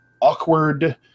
awkward